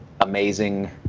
amazing